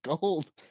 gold